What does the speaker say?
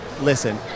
Listen